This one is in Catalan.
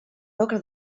roca